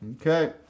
Okay